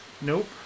Nope